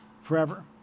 forever